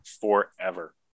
forever